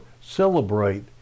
celebrate